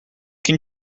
can